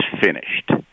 finished